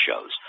shows